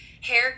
hair